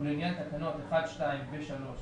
ולעניין תקנות 1(2) ו-(3),